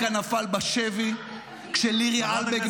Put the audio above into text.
השר קרעי.